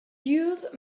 youth